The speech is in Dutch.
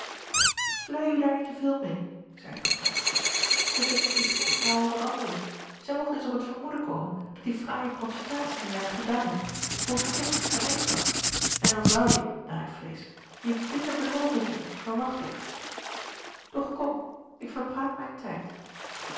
lei u daar niet te veel meê zeide atoo ettemie is geen vrouw als een andere zij mocht eens op het vermoeden komen dat die fraaie protestatie die je haar gedaan hebt volstrekt niet gemeend was en dan zouje naar ik vrees je bitter bedrogen zien in je verwachting och kom ik verpraat mijn tijd